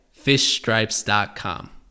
fishstripes.com